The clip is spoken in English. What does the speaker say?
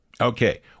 Okay